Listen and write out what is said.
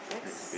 next